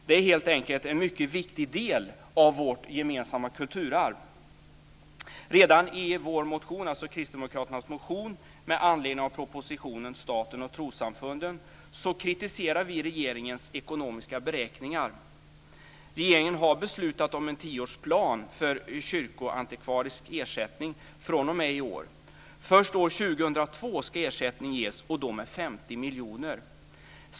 Det är helt enkelt en mycket viktig del av vårt gemensamma kulturarv. Redan i kristdemokraternas motion med anledning av propositionen Staten och trossamfunden kritiserade vi regeringens ekonomiska beräkningar. Regeringen har beslutat om en tioårsplan för kyrkoantikvarisk ersättning fr.o.m. i år. Först år 2002 ska ersättning ges och då med 50 miljoner.